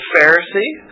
Pharisee